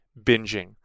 binging